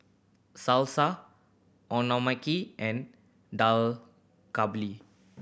Salsa Okonomiyaki and Dak Galbi